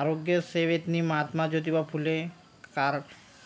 आरोग्य सेवेत महात्मा ज्योतिबा फुले कार्ड